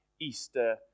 Easter